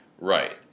Right